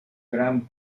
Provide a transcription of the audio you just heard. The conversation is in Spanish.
gran